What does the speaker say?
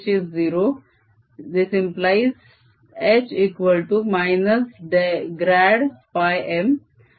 M H0H M 2M